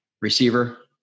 receiver